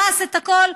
הרס את הכול,